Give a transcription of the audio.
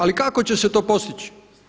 Ali kako će se to postići?